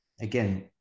again